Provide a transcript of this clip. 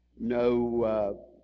no